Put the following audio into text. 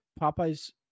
Popeye's